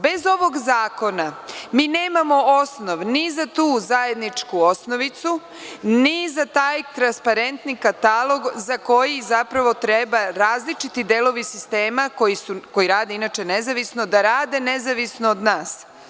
Bez ovog zakona mi nemamo osnov ni za tu zajedničku osnovicu, ni za taj transparentni katalog, za koji zapravo treba različiti delovi sistema, koji rade inače nezavisno, da rade nezavisno od nas.